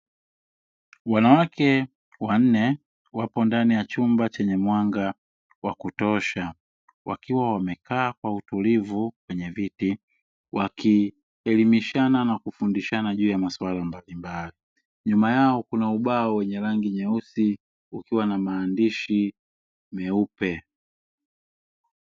Wanawake wanne, wapo ndani ya chumba chenye mwanga wa kutosha, wakiwa wamekaa kwa utulivu kwenye viti, wakielimishana na kufundishana juu ya masuala mbalimbali. Nyuma yao kuna ubao wenye rangi nyeusi ukiwa na maandishi meupe.